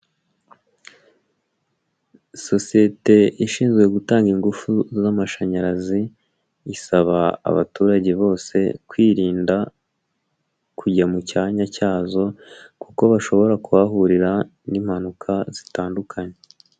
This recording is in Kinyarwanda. Sosiyete ishinzwe gutanga ingufu z'amashanyarazi, isaba abaturage bose kwirinda kujya mu cyanya cyazo, kuko bashobora kuhahurira n'impanuka zitandukanye.